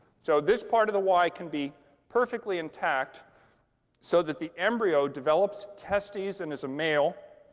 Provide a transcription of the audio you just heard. so this part of the y can be perfectly intact so that the embryo develops testes and is a male.